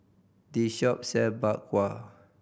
this shop sell Bak Kwa